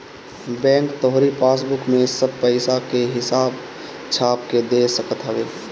bank तोहरी passbook में सब पईसा के हिसाब छाप के दे सकत हवे